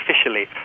officially